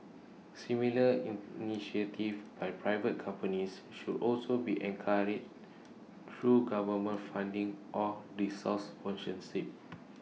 similar in initiatives by private companies should also be encouraged through government funding or resource sponsorship